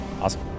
Awesome